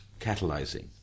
catalyzing